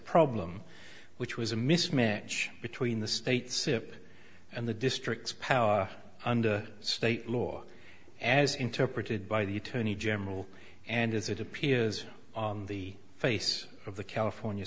problem which was a mismatch between the state's ip and the district's power under state law as interpreted by the attorney general and as it appears on the face of the california